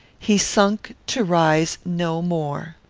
he sunk to rise no more.